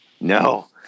no